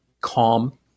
calm